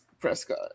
Prescott